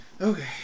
Okay